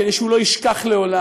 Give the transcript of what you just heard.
כדי שהוא לא ישכח לעולם: